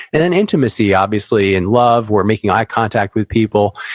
and an intimacy, obviously, in love, we're making eye contact with people.